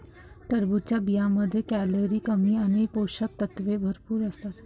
टरबूजच्या बियांमध्ये कॅलरी कमी आणि पोषक तत्वे भरपूर असतात